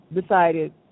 decided